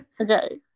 Okay